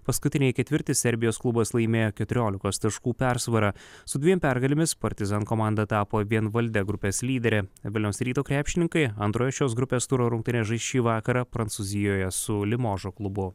paskutinįjį ketvirtį serbijos klubas laimėjo keturiolikos taškų persvarą su dviem pergalėmis partizan komanda tapo vienvalde grupės lydere vilniaus ryto krepšininkai antrojo šios grupės turo rungtynes žais šį vakarą prancūzijoje su limožo klubu